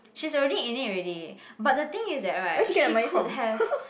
she's already in it already but the thing is that right she could have